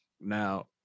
Now